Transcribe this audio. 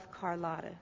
Carlotta